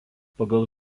pagal